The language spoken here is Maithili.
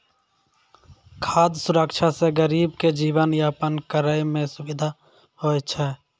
खाद सुरक्षा से गरीब के जीवन यापन करै मे सुविधा होय छै